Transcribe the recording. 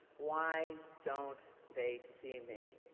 why don't they see me?